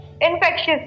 infectious